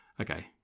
Okay